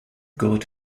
got